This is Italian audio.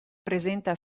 presenta